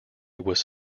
was